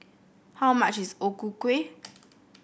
how much is O Ku Kueh